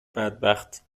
بدبخت